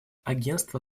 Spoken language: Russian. агентство